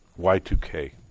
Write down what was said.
y2k